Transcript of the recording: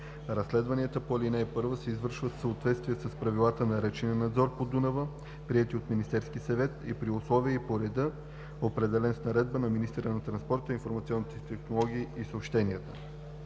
Разследванията по ал. 1 се извършват в съответствие с Правилата за речния надзор по Дунава, приети от Министерския съвет, и при условия и по ред, определени с наредба на министъра на транспорта, информационните технологии и съобщенията.“